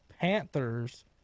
Panthers